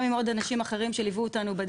עם עוד אנשים אחרים שליוו אותנו בדרך.